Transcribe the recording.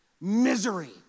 Misery